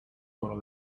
for